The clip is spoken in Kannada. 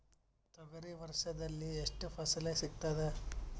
ತೊಗರಿ ವರ್ಷದಲ್ಲಿ ಎಷ್ಟು ಫಸಲ ಸಿಗತದ?